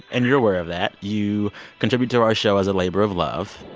and you're aware of that. you contribute to our show as a labor of love,